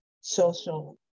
social